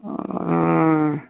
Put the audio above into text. ହଁ ଉଁ